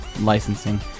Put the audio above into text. licensing